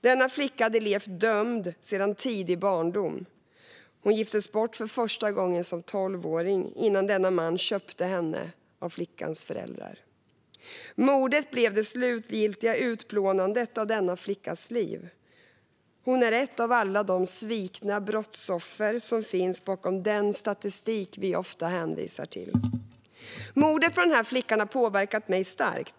Denna flicka hade levt dömd sedan tidig barndom. Hon giftes bort för första gången som tolvåring, innan denna man köpte henne av hennes föräldrar. Mordet blev det slutgiltiga utplånandet av denna flickas liv. Hon är ett av alla de svikna brottsoffer som finns bakom den statistik vi ofta hänvisar till. Mordet på denna flicka har påverkat mig starkt.